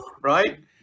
Right